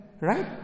right